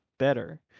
better